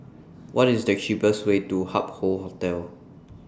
What IS The cheapest Way to Hup Hoe Hotel